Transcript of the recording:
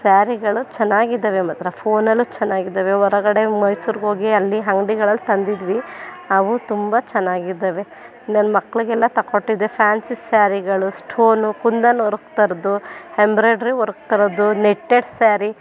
ಸ್ಯಾರಿಗಳು ಚೆನ್ನಾಗಿದ್ದಾವೆ ಮಾತ್ರ ಫೋನಲ್ಲೂ ಚೆನ್ನಾಗಿದ್ದಾವೆ ಹೊರಗಡೆ ಮೈಸೂರಿಗೆ ಹೋಗಿ ಅಲ್ಲಿ ಅಂಗ್ಡಿಗಳಲ್ಲಿ ತಂದಿದ್ವಿ ಅವು ತುಂಬ ಚೆನ್ನಾಗಿದ್ದಾವೆ ನನ್ನ ಮಕ್ಳಿಗೆಲ್ಲ ತಕ್ಕೊಟ್ಟಿದ್ದೆ ಫ್ಯಾನ್ಸಿ ಸ್ಯಾರಿಗಳು ಸ್ಟೋನು ಕುಂದಾನ್ ವರ್ಕ್ ಥರದ್ದು ಎಂಬ್ರಾಯ್ಡ್ರಿ ವರ್ಕ್ ಥರದ್ದು ನೆಟ್ಟೆಡ್ ಸ್ಯಾರಿ